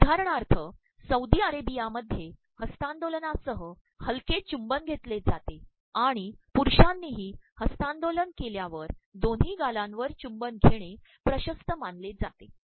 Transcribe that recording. उदाहरणार्य Saudi अरेत्रबयामध्ये हस्त्तांदोलनासह हलके चबुं न घेतले जाते आणण पुरुषांनीही हस्त्तांदोलन के ल्यावर दोन्ही गालांवर चबुं न घेणे िशस्त्त मानले जाते